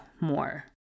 more